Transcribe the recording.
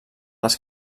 les